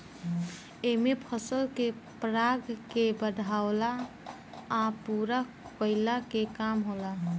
एमे फसल के पराग के बढ़ावला आ पूरा कईला के काम होला